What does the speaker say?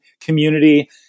community